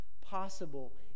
possible